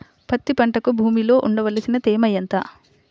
పత్తి పంటకు భూమిలో ఉండవలసిన తేమ ఎంత?